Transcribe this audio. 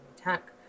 attack